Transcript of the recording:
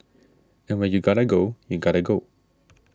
and when you gotta go you gotta go